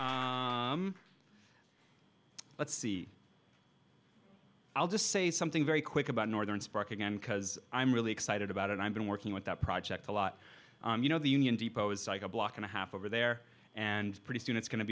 you let's see i'll just say something very quick about northern spark again because i'm really excited about it i've been working with that project a lot you know the union depot is a block and a half over there and pretty soon it's going to